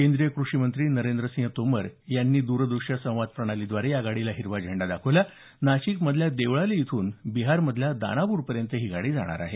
केंद्रीय क्रषिमंत्री नरेंद्रसिंग तोमर यांनी दूरदृश्य संवाद प्रणालीद्वारे या गाडीला हिरवा झेंडा दाखवला नाशिक मधल्या देवळाली पासून बिहार मधल्या दानापूरपयेंत ही गाडी जाणार आहे